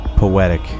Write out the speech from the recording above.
Poetic